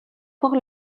pour